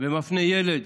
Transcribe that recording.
ומפנה ילד